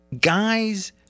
guys